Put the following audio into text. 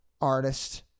artist